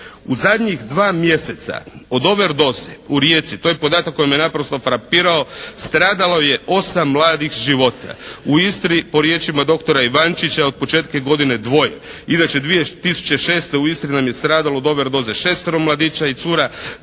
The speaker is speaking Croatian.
U zadnjih dva mjeseca od "over dose" u Rijeci, to je podatak koji me naprosto frapirao, stradalo je 8 mladih života. U Istri po riječima doktora Ivančića od početka godine dvoje. Inače 2006. u Istri nam je stradalo od "over dose" šestero mladića i cura.